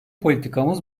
politikamız